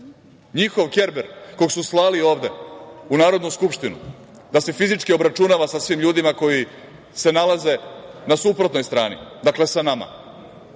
njihov kerber kog su slali ovde u Narodnu skupštinu da se fizički obračunava sa svim ljudima koji se nalaze na suprotnoj strani, dakle, sa nama…